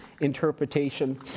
interpretation